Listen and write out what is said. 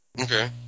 Okay